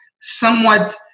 somewhat